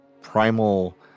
primal